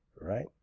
right